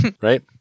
right